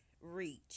reach